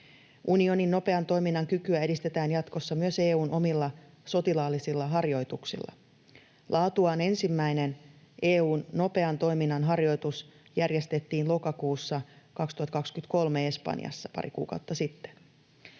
Unionin nopean toiminnan kykyä edistetään jatkossa myös EU:n omilla sotilaallisilla harjoituksilla. Laatuaan ensimmäinen EU:n nopean toiminnan harjoitus järjestettiin pari kuukautta sitten,